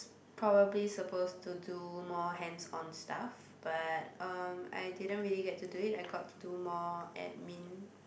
probably supposed to do more hands on stuff but um I didn't really get to do it I got to do more admin